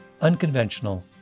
unconventional